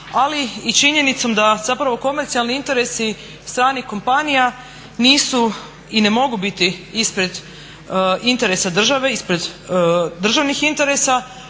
ali i činjenicom da zapravo komercijalni interesi stranih kompanija nisu i ne mogu biti ispred interesa države, ispred državnih interesa.